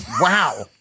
Wow